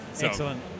Excellent